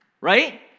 right